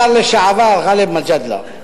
השר לשעבר גאלב מג'אדלה,